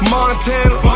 Montana